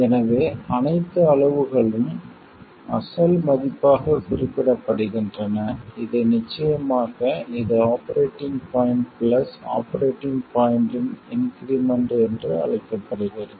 எனவே அனைத்து அளவுகளும் அசல் மதிப்பாகக் குறிப்பிடப்படுகின்றன இது நிச்சயமாக இது ஆபரேட்டிங் பாய்ண்ட் பிளஸ் ஆபரேட்டிங் பாய்ண்ட்டின் இன்க்ரிமென்ட் என்று அழைக்கப்படுகிறது